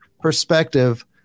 perspective